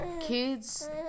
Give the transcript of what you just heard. kids